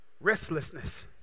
Restlessness